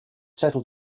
settled